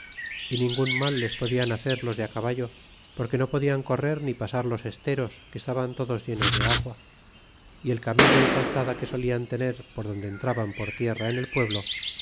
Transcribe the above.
y ningun mal les podian hacer los de a caballo porque no podian correr ni pasar los esteros que estaban todos llenos de agua y el camino y calzada que solian tener por donde entraban por tierra en el pueblo